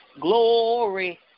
Glory